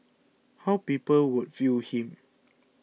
how people would view him